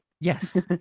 Yes